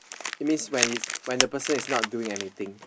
it means when is when the person is not doing anything